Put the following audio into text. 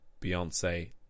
Beyonce